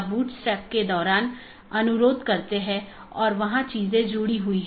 इसलिए पड़ोसियों की एक जोड़ी अलग अलग दिनों में आम तौर पर सीधे साझा किए गए नेटवर्क को सूचना सीधे साझा करती है